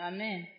Amen